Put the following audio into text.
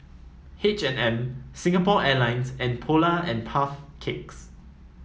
H and M Singapore Airlines and Polar and Puff Cakes